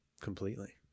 completely